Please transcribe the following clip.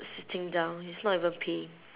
sitting down he's not even peeing